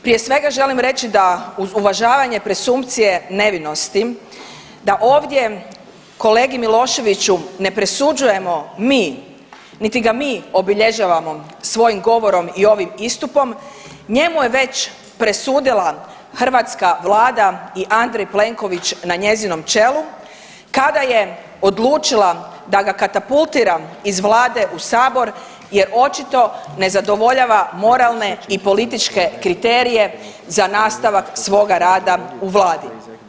Prije svega želim reći da uz uvažavanje presumpcije nevinosti da ovdje kolegi Miloševiću ne presuđujemo mi, niti ga mi obilježavamo svojim govorom i ovim istupom njemu je već presudila hrvatska Vlada i Andrej Plenković na njezinom čelu kada je odlučila da ga katapultira iz Vlade u Sabor jer očito ne zadovoljava moralne i političke kriterije za nastavak svoga rada u Vladi.